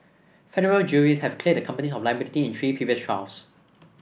federal juries have cleared the companies of liability in three previous trials